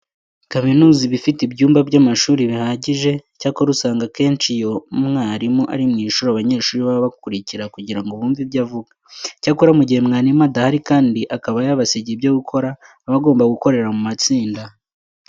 Kaminuza iba ifite ibyumba by'amashuri bihagije. Icyakora usanga akenshi iyo mwarimu ari mu ishuri abanyeshuri baba bakurikiye kugira ngo bumve ibyo avuga. Icyakora, mu gihe mwarimu adahari kandi akaba yabasigiye ibyo gukora, baba bagomba gukorera mu matsinda.